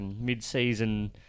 mid-season